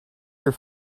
your